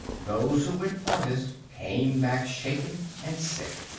those who went farthest came back shaken and sick.